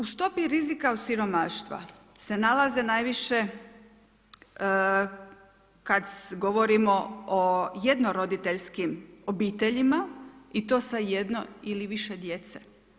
U stopi rizika od siromaštva se nalaze najviše kad govorimo o jedno roditeljskim obiteljima i to sa jedno ili više djece.